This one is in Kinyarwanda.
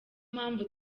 mpamvu